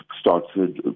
started